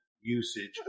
usage